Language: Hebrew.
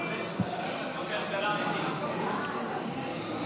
ההצבעה: 47 בעד, 61 נגד.